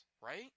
right